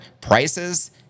prices